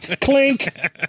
Clink